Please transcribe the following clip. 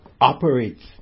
operates